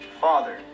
Father